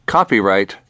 Copyright